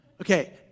Okay